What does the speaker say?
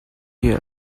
here